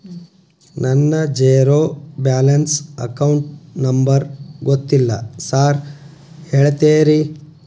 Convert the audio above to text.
ನನ್ನ zero balance account number ಗೊತ್ತಿಲ್ಲ sir ಹೇಳ್ತೇರಿ?